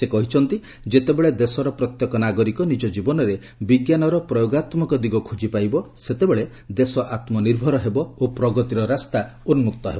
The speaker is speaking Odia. ସେ କହିଛନ୍ତି ଯେତେବେଳ ଦେଶର ପ୍ରତ୍ୟେକ ନାଗରିକ ନିଜ ଜୀବନରେ ବିଜ୍ଞାନର ପ୍ରୟୋଗାତ୍ମକ ଦିଗ ଖୋଜି ପାଇବ ସେତେବେଳେ ଦେଶ ଆତ୍ମନିର୍ଭର ହେବ ଓ ପ୍ରଗତିର ରାସ୍ତା ଉନ୍ଜକ୍ତ ହେବ